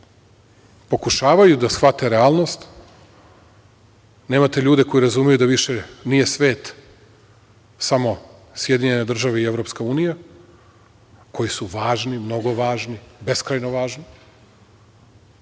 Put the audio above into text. pokušavaju da shvate realnost, nemate ljude koji razumeju da više nije svet samo SAD i Evropska unija, koji su važni, mnogo važni, beskrajno važni,